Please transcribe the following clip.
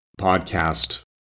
podcast